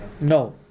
No